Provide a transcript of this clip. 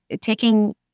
taking